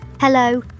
Hello